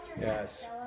Yes